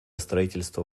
строительства